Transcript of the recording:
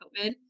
COVID